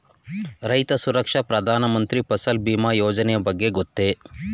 ರೈತ ಸುರಕ್ಷಾ ಪ್ರಧಾನ ಮಂತ್ರಿ ಫಸಲ್ ಭೀಮ ಯೋಜನೆಯ ಬಗ್ಗೆ ಗೊತ್ತೇ?